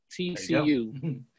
TCU